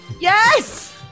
Yes